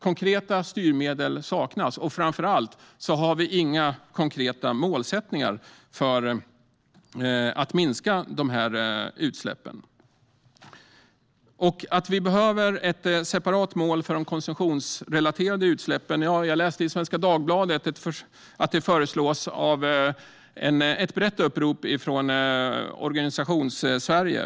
Konkreta styrmedel saknas, och vi har framför allt inga konkreta målsättningar för att minska de här utsläppen. Vi behöver ett separat mål för de konsumtionsrelaterade utsläppen. Jag läste i Svenska Dagbladet om ett brett upprop från Organisationssverige.